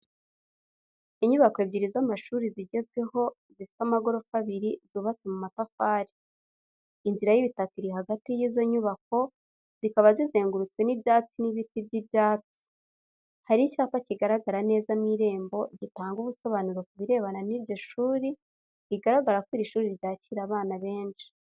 Inyubako ebyiri z'amashuri zigezweho, zifite amagorofa abiri, zubatse mu matafari. Inzira y'ibitaka iri hagati y'izo nyubako, zikaba zizengurutswe n'ibyatsi n'ibiti by'ibyatsi. Hari icyapa kigaragara neza mu irembo gitanga ubusobanuro ku birebana n'iryo shuri, bigaragara ko iri shuri ryakira abana benshi.